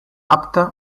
apta